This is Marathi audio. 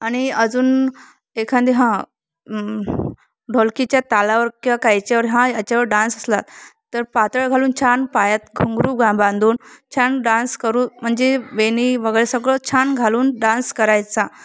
आणि अजून एखादी हां ढोलकीच्या तालावर किंवा काहीच्यावर हा याच्यावर डान्स असला तर पातळ घालून छान पायात घुंंगरू घा बांधून छान डान्स करू म्हणजे वेणी वगैरे सगळं छान घालून डान्स करायचा